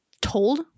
told